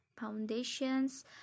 foundations